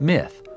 Myth